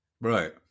Right